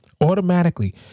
Automatically